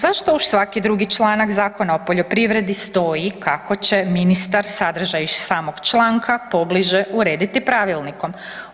Zašto uz svaki drugi članak Zakona o poljoprivredi stoji kako će ministar sadržaj iz samog članka pobliže urediti pravilnikom.